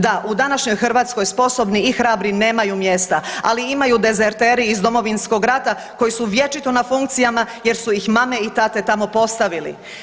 Da, u današnjoj Hrvatskoj sposobni i hrabri nemaju mjesta, ali imaju dezerteri iz Domovinskog rata koji su vječito na funkcijama jer su ih mame i tate tamo postavili.